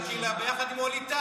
לטובת הקהילה, ביחד עם ווליד טאהא?